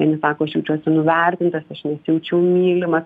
vieni sako aš jaučiuosi nuvertintas aš nesijaučiu mylimas